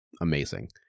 amazing